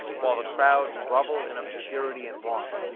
while the crowd grovel in obscurity and want,